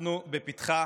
אנחנו בפתחה